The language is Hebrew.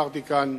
והזכרתי כאן